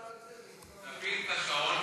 תפעיל את השעון,